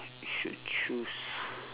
should choose